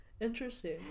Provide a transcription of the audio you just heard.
Interesting